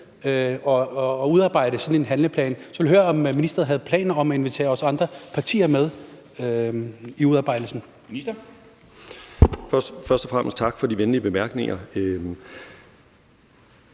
at udarbejde sådan en handleplan. Så jeg vil høre, om ministeren har planer om at invitere os i de andre partier med til at udarbejde